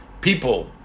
people